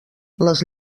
les